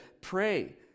pray